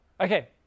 Okay